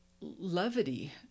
levity